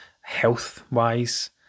health-wise